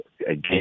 again